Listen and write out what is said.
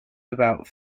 about